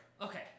Okay